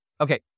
Okay